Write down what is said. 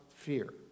fear